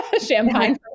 champagne